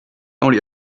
only